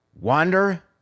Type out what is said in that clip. Wander